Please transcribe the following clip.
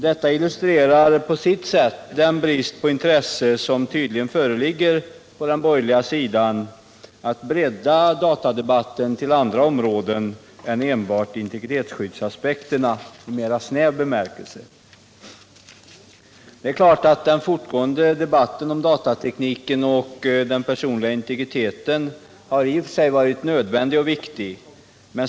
Detta illustrerar på sitt sätt den brist på intresse som tydligen föreligger på den borgerliga sidan för att bredda datadebatten till att gälla andra områden än enbart integritetsskyddsaspekterna i en mera snäv bemärkelse. Det är klart att debatten om datatekniken och den personliga integriteten i och för sig har varit nödvändig och viktig.